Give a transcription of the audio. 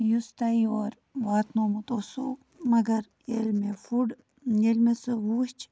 یُس تۄہہِ یور واتنومُت اوسُو مگر ییٚلہِ مےٚ فُڈ ییٚلہِ مےٚ سُہ وُچھ